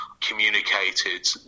communicated